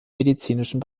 medizinischen